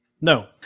No